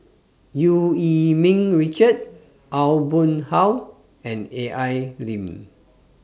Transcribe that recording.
EU Yee Ming Richard Aw Boon Haw and Al Lim